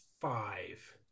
five